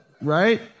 right